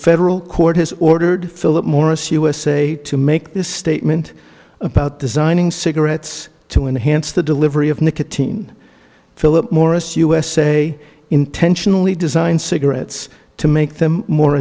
federal court has ordered philip morris usa to make this statement about designing cigarettes to enhance the delivery of nicotine philip morris usa intentionally designed cigarettes to make them more